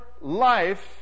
life